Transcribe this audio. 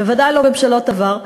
בוודאי לא ממשלות עבר.